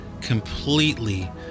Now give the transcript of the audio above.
completely